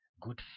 good